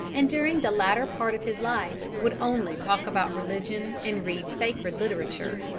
and during the latter part of his life would only talk about religion and read sacred literature.